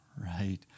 Right